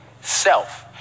self